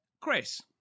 Chris